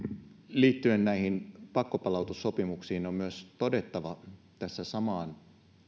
liittyen näihin pakkopalautussopimuksiin on on myös todettava tässä samaan